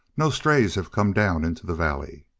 no strays have come down into the valley.